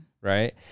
Right